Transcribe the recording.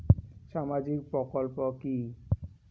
সামাজিক প্রকল্প কি?